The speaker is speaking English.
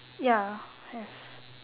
ya have